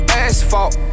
asphalt